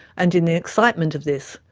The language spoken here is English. and, in the excitement of this,